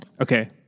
Okay